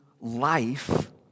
life